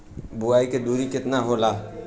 बुआई के दूरी केतना होला?